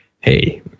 Hey